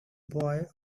boy